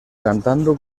cantando